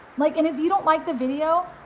like, and if you don't like the video,